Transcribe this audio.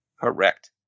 Correct